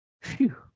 Phew